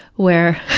where